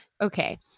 Okay